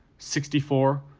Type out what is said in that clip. sixty four.